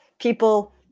people